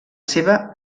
seva